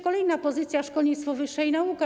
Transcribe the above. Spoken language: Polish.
Kolejna pozycja: szkolnictwo wyższe i nauka.